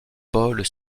bols